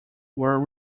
were